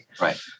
Right